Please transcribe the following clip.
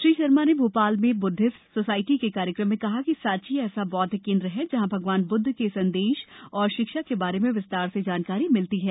श्री शर्मा ने भोपाल में Buddhist society के कार्यक्रम में कहा कि सांची ऐसा बौद्ध केन्द्र है जहां भगवान बुद्ध के संदेश और शिक्षा के बारे में विस्तार से जानकारी मिलती है